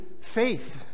faith